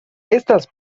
estas